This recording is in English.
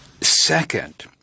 Second